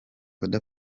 oda